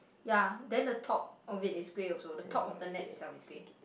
ya then the top of it is grey also the top of the net itself is grey